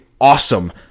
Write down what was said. awesome